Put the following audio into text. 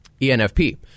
ENFP